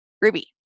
Ruby